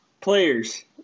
players